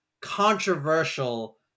controversial